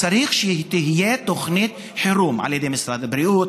צריך שתהיה תוכנית חירום על ידי משרד הבריאות,